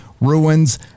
ruins